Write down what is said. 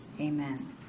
Amen